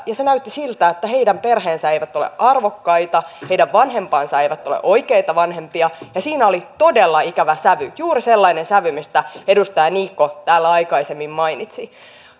ja se näytti siltä että heidän perheensä eivät ole arvokkaita heidän vanhempansa eivät ole oikeita vanhempia siinä oli todella ikävä sävy juuri sellainen sävy mistä edustaja niikko täällä aikaisemmin mainitsi